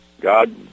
God